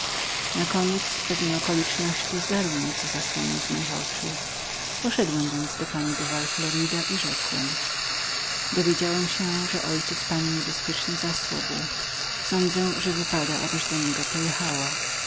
mniemania nakoniec pewne okoliczności zdarły nieco zasłonę z moich oczu poszedłem więc do pani de val florida i rzekłem dowiedziałem stęsię że ojciec pani niebezpiecznie zasłabł sądzę że wypada abyś do niego pojechała